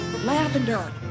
Lavender